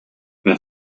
wer